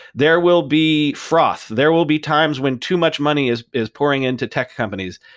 there will be froth. there will be times when too much money is is pouring into tech companies.